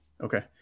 okay